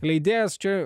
leidėjas čia